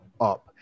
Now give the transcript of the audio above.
up